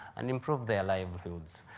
and improve their livelihoods.